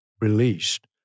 released